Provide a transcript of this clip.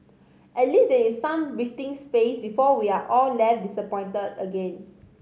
at least there is some breathing space before we are all left disappointed again